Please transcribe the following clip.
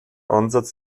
ansatz